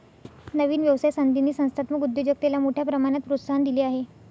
नवीन व्यवसाय संधींनी संस्थात्मक उद्योजकतेला मोठ्या प्रमाणात प्रोत्साहन दिले आहे